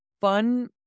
fun